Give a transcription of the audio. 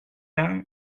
ans